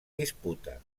disputa